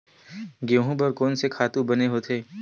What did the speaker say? गेहूं बर कोन से खातु बने होथे?